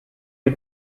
you